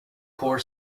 poor